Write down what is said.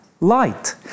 light